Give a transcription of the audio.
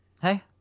Hey